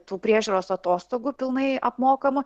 tų priežiūros atostogų pilnai apmokamų